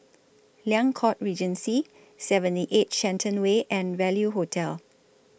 Liang Court Regency seventy eight Shenton Way and Value Hotel